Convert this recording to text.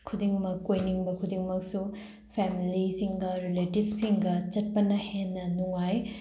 ꯈꯨꯗꯤꯡꯃꯛ ꯀꯣꯏꯅꯤꯡꯕ ꯈꯨꯗꯤꯡꯃꯛꯁꯨ ꯐꯦꯝꯂꯤꯁꯤꯡꯒ ꯔꯤꯂꯦꯇꯤꯚꯁꯤꯡꯒ ꯆꯠꯄꯅ ꯍꯦꯟꯅ ꯅꯨꯡꯉꯥꯏ